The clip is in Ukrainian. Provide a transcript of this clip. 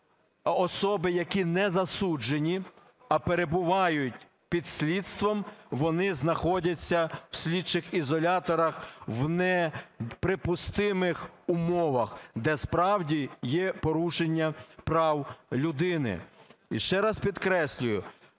особи, які не засуджені, а перебувають під слідством, вони знаходяться в слідчих ізоляторах в неприпустимих умовах, де справді є порушення прав людини. І ще раз підкреслюю,